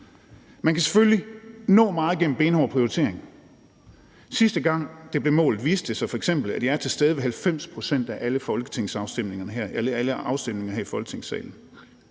Man kan selvfølgelig nå meget gennem benhård prioritering. Sidste gang, det blev målt, viste det sig f.eks., at jeg er til stede ved 90 pct. af alle afstemningerne her i Folketingssalen.